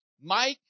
Mike